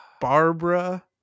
Barbara